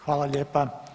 Hvala lijepa.